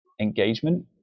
engagement